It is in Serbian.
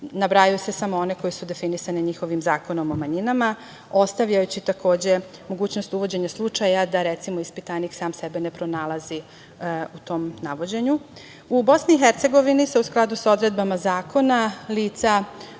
nabrajaju samo one koje su definisane njihovim zakonom o manjinama, ostavljajući, takođe, mogućnost uvođenja slučaja da, recimo, ispitanik sam sebe ne pronalazi u tom navođenju.U Bosni i Hercegovini se, u skladu sa odredbama zakona, lica